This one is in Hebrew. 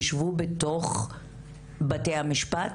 יישבו בתוך בתי המשפט?